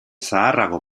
zaharrago